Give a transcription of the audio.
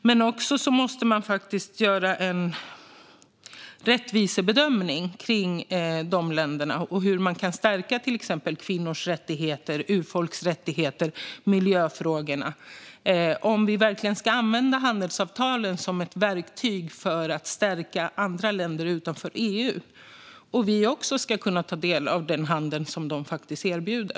Det måste göras en rättvisebedömning kring dessa länder för att se hur vi kan stärka till exempel kvinnors och urfolks rättigheter och miljöfrågor och om vi verkligen ska använda handelsavtalen som ett verktyg för att stärka länder utanför EU och också kunna ta del av den handel som de erbjuder.